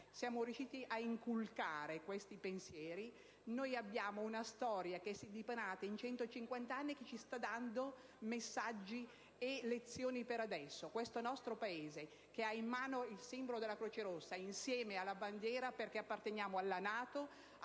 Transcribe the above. siamo riusciti a inculcare questi pensieri. Abbiamo una storia, che si è dipanata in 150 anni e che ci sta dando messaggi e lezioni per il momento presente. Questo nostro Paese ha in mano il simbolo della Croce Rossa insieme alla bandiera. Apparteniamo alla NATO